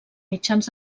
mitjans